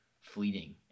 fleeting